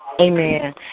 Amen